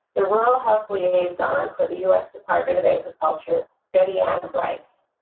the rural health liaison for the u s. department of agriculture, betty-ann and bryce.